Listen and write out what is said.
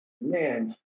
Man